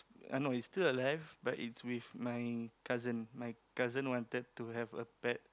I know it's still alive but it's with my cousin my cousin wanted to have a pet